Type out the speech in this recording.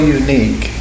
unique